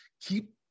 keep